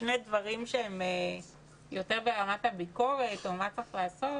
לפני דברים שהם יותר ברמת הביקורת או מה צריך לעשות